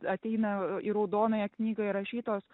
ateina į raudonąją knygą įrašytos